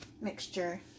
mixture